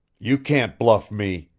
you can't bluff me,